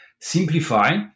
simplify